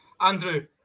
Andrew